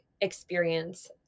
experience